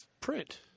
print